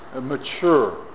mature